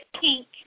pink